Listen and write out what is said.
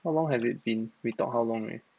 how long has it been we talk how long already